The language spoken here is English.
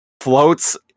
floats